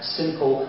simple